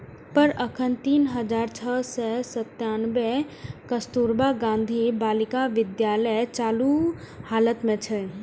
पर एखन तीन हजार छह सय सत्तानबे कस्तुरबा गांधी बालिका विद्यालय चालू हालत मे छै